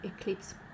Eclipse